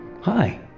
Hi